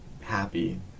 happy